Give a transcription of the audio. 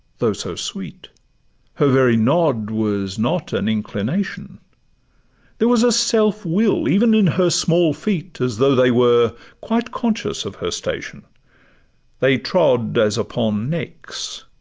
though so sweet her very nod was not an inclination there was a self-will even in her small feet, as though they were quite conscious of her station they trod as upon necks